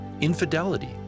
Infidelity